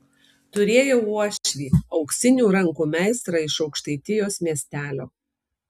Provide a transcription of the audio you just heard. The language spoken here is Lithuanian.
turėjau uošvį auksinių rankų meistrą iš aukštaitijos miestelio